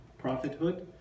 prophethood